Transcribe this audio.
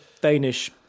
Danish